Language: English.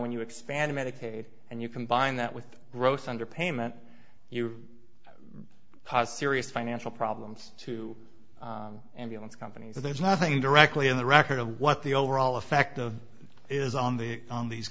when you expand medicaid and you combine that with gross underpayment you pos serious financial problems to ambulance companies and there's nothing directly in the record of what the overall effect of is on the on these